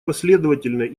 последовательные